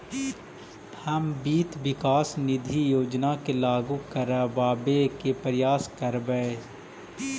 हम वित्त विकास निधि योजना के लागू करबाबे के प्रयास करबई